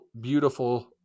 beautiful